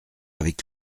avec